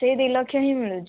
ସେଇ ଦୁଇ ଲକ୍ଷ ହିଁ ମିଳୁଛି